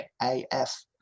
AF